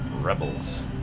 Rebels